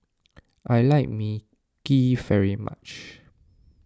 I like Mui Kee very much